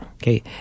Okay